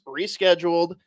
rescheduled